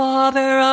Father